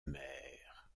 maire